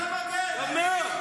טוב מאוד.